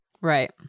right